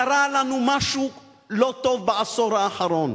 קרה לנו משהו לא טוב בעשור האחרון.